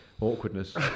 awkwardness